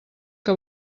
que